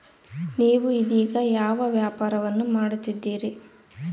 ನೇವು ಇದೇಗ ಯಾವ ವ್ಯಾಪಾರವನ್ನು ಮಾಡುತ್ತಿದ್ದೇರಿ?